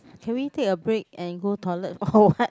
can be take a break and go toilet or what